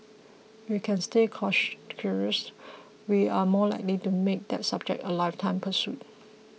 we can stay cash curious we are more likely to make that subject a lifetime pursuit